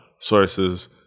sources